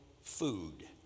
food